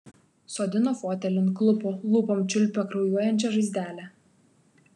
sodino fotelin klupo lūpom čiulpė kraujuojančią žaizdelę